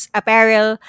apparel